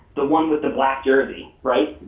the one with the black jersey, right?